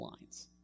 lines